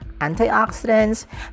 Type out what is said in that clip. antioxidants